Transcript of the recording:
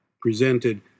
presented